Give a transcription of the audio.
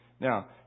Now